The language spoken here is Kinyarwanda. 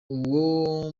uwo